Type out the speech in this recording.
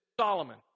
Solomon